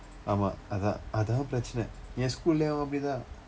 ஆமாம் அதான் அதான் பிரச்சனை என்:aamaam athaan athaan pirachsanai en school-aiyum அப்படித்தான்:appadithaan